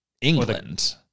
England